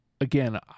Again